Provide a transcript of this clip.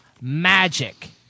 Magic